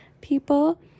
people